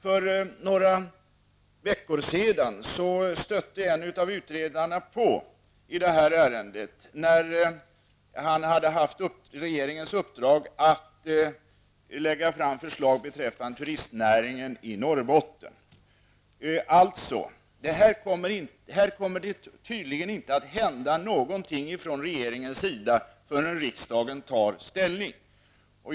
För några veckor sedan stötte en av utredarna på i ärendet efter att ha haft regeringens uppdrag att lägga fram förslag beträffande turistnäringen i Norrbotten. Regeringen kommer tydligen inte att göra någonting på detta område förrän riksdagen tar ställning.